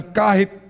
kahit